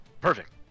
Perfect